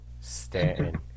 Stanton